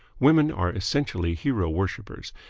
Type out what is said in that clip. women are essentially hero-worshippers,